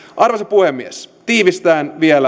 puhemies tiivistäen vielä ydinkohdat yksi